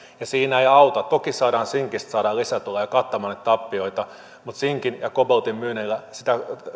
ja siinä vaikka toki saadaan sinkistä lisätuloja kattamaan näitä tappioita sinkin ja koboltin myynnillä sitä